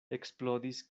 eksplodis